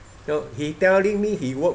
no he telling me he work